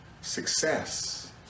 success